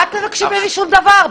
אל תבקשי ממני שום דבר.